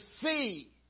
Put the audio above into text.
see